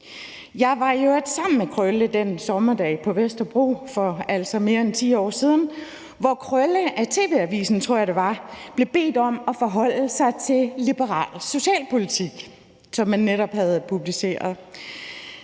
Jeg var i øvrigt sammen med Krølle den sommerdag på Vesterbro for altså mere end 10 år siden, hvor Krølle af TV Avisen, tror jeg det var, blev bedt om at forholde sig til liberal socialpolitik, som man netop havde publiceret.